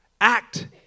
act